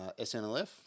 SNLF